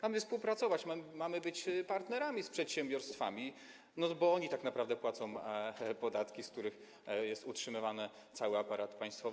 Mamy współpracować, mamy być partnerami z przedsiębiorcami, bo oni tak naprawdę płacą podatki, z których jest utrzymywany cały aparat państwowy.